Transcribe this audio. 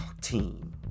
team